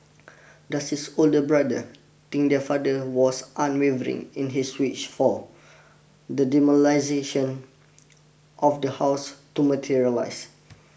does his older brother think their father was unwavering in his wish for the demolition of the house to materialise